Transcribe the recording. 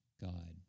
God